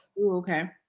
Okay